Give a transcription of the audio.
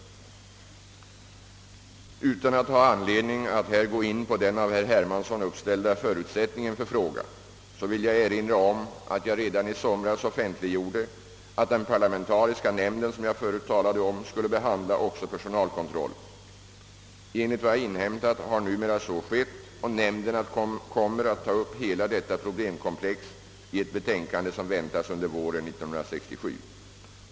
Utan att ha anledning att här gå in på den av herr Hermansson uppställda förutsättningen för frågan vill jag erinra om att jag redan i somras offentliggjorde, att den parlamentariska nämnden, som jag förut talade om, skulle behandla också personalkontrollen. Enligt vad jag har inhämtat har numera så skett, och nämnden kommer att ta upp hela detta problemkomplex i ett betänkande som väntas under våren 1967.